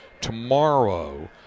Tomorrow